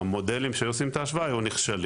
המודלים שהיו עושים את ההשוואה היו נכשלים.